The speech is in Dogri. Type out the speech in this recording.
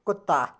कुत्ता